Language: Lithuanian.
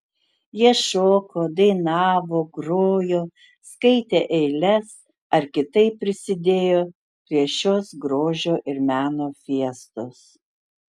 jie šoko dainavo grojo skaitė eiles ar kitaip prisidėjo prie šios grožio ir meno fiestos